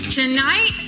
tonight